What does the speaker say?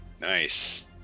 nice